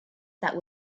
that